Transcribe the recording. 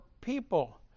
people